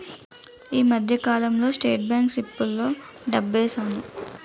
ఈ మధ్యకాలంలో state bank సిప్పుల్లో డబ్బేశాను